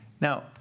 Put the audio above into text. now